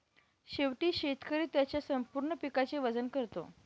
शेवटी शेतकरी त्याच्या संपूर्ण पिकाचे वजन करतो